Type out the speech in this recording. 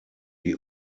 die